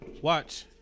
watch